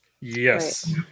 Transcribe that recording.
Yes